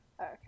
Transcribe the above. Okay